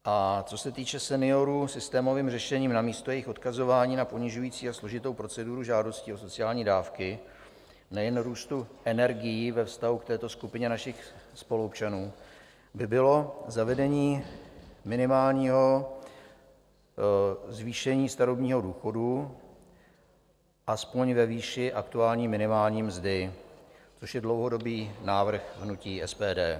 A co se týče seniorů, systémovým řešením místo jejich odkazování na ponižující a složitou proceduru žádostí o sociální dávky, nejen růstu energií ve vztahu k této skupině našich spoluobčanů, by bylo zavedení minimálního zvýšení starobního důchodu aspoň ve výši minimální aktuální mzdy, což je dlouhodobý návrh hnutí SPD.